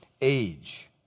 age